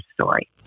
story